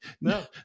No